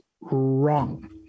wrong